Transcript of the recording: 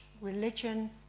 religion